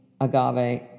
agave